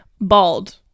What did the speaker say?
bald